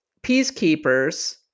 Peacekeepers